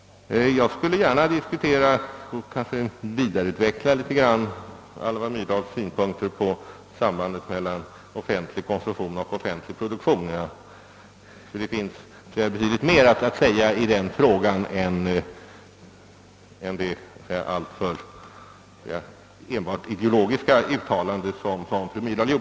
För min del diskuterar och vidareutvecklar jag gärna Alva Myrdals synpunkter på sambandet mellan offentlig konsumtion och offentlig produktion. Det finns nämligen betydligt mer att säga i frågan, eftersom fru Myrdal enbart gjorde ett ideologiskt uttalande.